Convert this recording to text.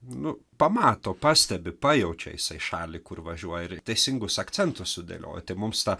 nu pamato pastebi pajaučia jisai šalį kur važiuoja ir teisingus akcentus sudėlioja tai mums tą